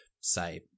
say